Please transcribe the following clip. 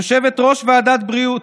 יושבת-ראש ועדת הבריאות,